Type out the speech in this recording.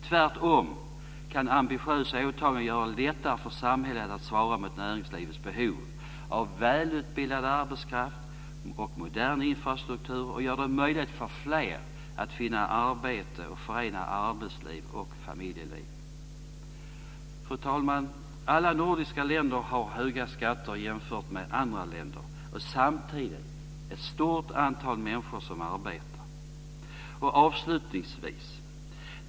Tvärtom, kan ambitiösa åtaganden göra det lättare för samhället att svara mot näringslivets behov av välutbildad arbetskraft och modern infrastruktur och göra det möjligt för fler att finna arbete och förena arbetsliv och familjeliv. Fru talman! Alla nordiska länder har höga skatter jämfört med andra länder. Samtidigt är det ett stort antal människor som arbetar.